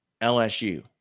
LSU